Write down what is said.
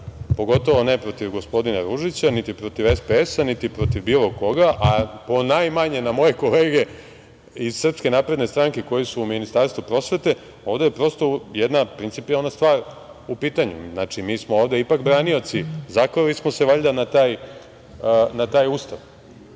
pogotovo ne protiv gospodina Ružića, niti protiv SPS-a, niti protiv bilo koga, a ponajmanje na moje kolege iz SNS koji su u Ministarstvu prosvete. Ovde je prosto jedna principijelna stvar u pitanju. Znači, mi smo ovde ipak branioci. Zakleli smo se valjda na taj Ustav.